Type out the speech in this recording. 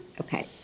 Okay